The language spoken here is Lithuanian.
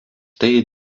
tai